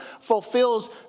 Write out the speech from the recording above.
fulfills